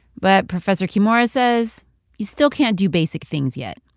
but professor kimura says you still can't do basic things yet,